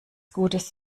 gutes